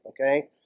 Okay